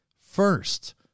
First